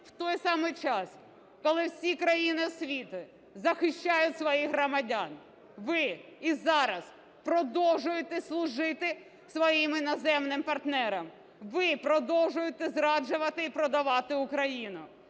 У той саме час, коли всі країни світу захищають своїх громадян, ви і зараз продовжуєте служити своїм іноземним партнерам. Ви продовжуєте зраджувати і продавати Україну.